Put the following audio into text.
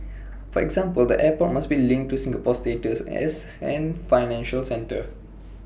for example the airport must be linked to Singapore's status as an financial centre